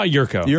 Yurko